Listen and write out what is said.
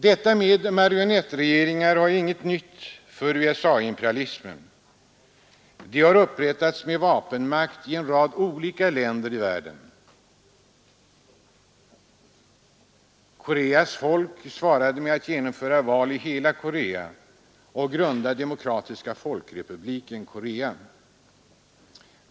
Detta med marionettregeringar är inget nytt för USA-imperialismen. Sådana har upprättats med vapenmakt i en rad olika länder i världen. Koreas folk svarade med att genomföra val i hela Korea och grunda Demokratiska folkrepubliken Korea.